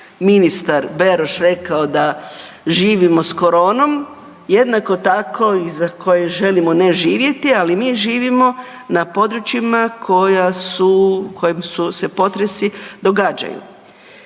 ministar Beroš rekao da živimo s koronom, jednako tako iza koje želimo ne živjeti, ali mi živimo na područjima koja su, kojim se potresi događaju.